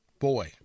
boy